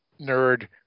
nerd